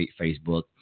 Facebook